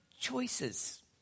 choices